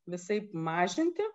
visaip mažinti